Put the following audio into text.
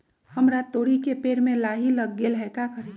हमरा तोरी के पेड़ में लाही लग गेल है का करी?